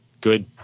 good